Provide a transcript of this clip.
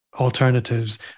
alternatives